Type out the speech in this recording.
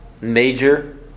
major